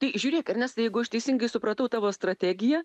tai žiūrėk ernestai jeigu aš teisingai supratau tavo strategiją